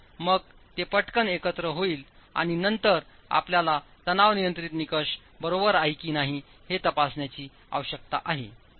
आणि मग ते पटकन एकत्र होईल आणि नंतर आपल्याला तणाव नियंत्रित निकष बरोबर आहे की नाही हे तपासण्याची आवश्यकता आहे